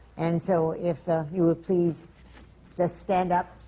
and so, if you will please just stand up,